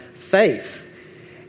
faith